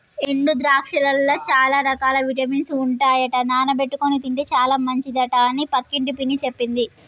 ఎండు ద్రాక్షలల్ల చాల రకాల విటమిన్స్ ఉంటాయట నానబెట్టుకొని తింటే చాల మంచిదట అని పక్కింటి పిన్ని చెప్పింది